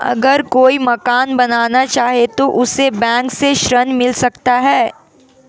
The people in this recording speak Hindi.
अगर कोई मकान बनाना चाहे तो उसे बैंक से ऋण मिल सकता है?